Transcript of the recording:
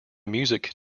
music